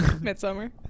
Midsummer